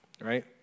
right